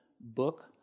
book